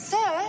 Sir